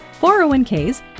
401ks